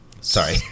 Sorry